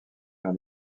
dans